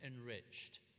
enriched